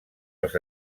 els